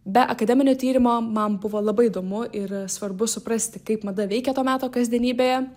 be akademinio tyrimo man buvo labai įdomu ir svarbu suprasti kaip mada veikė to meto kasdienybėje